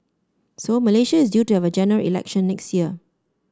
so Malaysia is due to have a General Election next year